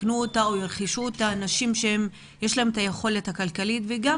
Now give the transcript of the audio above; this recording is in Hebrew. ירכשו אותם אנשים שיש להם את היכולת הכלכלית וגם